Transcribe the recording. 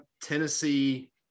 Tennessee